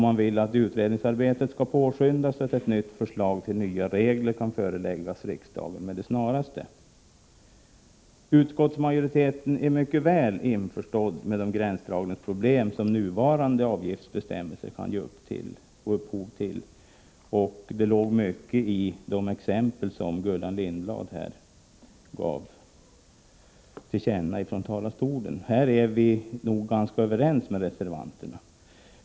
Man vill att utredningsarbetet skall påskyndas så att ett förslag till nya regler kan föreläggas riksdagen med det snaraste. Utskottsmajoriteten är väl införstådd med de gränsdragningsproblem som nuvarande avgiftsbestämmelser kan ge upphov till. Det låg mycket i de exempel som Gullan Lindblad gav från talarstolen. Här är vi nog överens med reservanterna.